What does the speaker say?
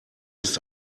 ist